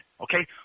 okay